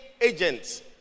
agents